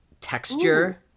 texture